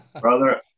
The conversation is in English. Brother